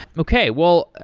okay. well,